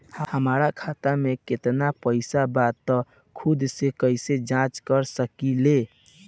हमार खाता में केतना पइसा बा त खुद से कइसे जाँच कर सकी ले?